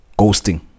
ghosting